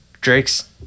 Drake's